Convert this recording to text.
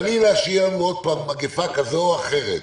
חלילה שיהיה לנו עוד פעם מגפה כזו או אחרת,